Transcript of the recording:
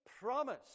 promise